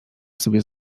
sobie